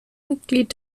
mitglied